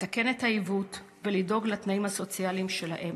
לתקן את העיוות ולדאוג לצרכים הסוציאליים שלהם.